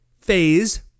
phase